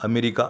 America